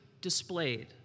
displayed